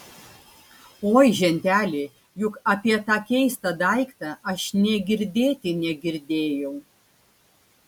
oi ženteli juk apie tą keistą daiktą aš nė girdėti negirdėjau